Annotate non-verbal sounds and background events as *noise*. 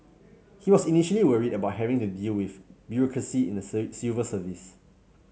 he was initially worried about having to deal with bureaucracy in the *unintelligible* civil service